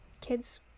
kids